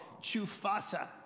Chufasa